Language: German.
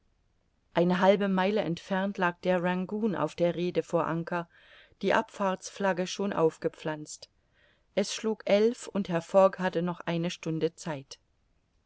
eine halbe meile entfernt lag der rangoon auf der rhede vor anker die abfahrtsflagge schon aufgepflanzt es schlug elf und herr fogg hatte noch eine stunde zeit